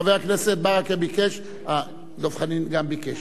חבר הכנסת ברכה ביקש, דב חנין גם ביקש,